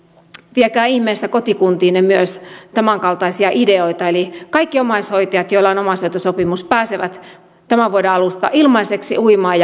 viekää ihmeessä kotikuntiinne myös tämänkaltaisia ideoita eli kaikki omaishoitajat joilla on omaishoitosopimus pääsevät tämän vuoden alusta ilmaiseksi uimaan